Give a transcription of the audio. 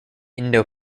indo